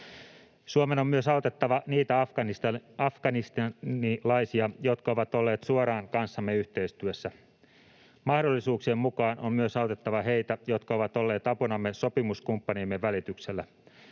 Suomen on myös autettava niitä afganistanilaisia, jotka ovat olleet suoraan kanssamme yhteistyössä. Mahdollisuuksien mukaan on myös autettava heitä, jotka ovat olleet apunamme sopimuskumppaniemme välityksellä.